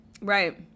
Right